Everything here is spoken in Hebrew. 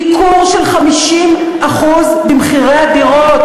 ייקור של 50% במחירי דירות.